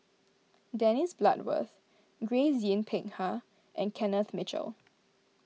Dennis Bloodworth Grace Yin Peck Ha and Kenneth Mitchell